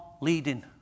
leading